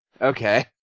okay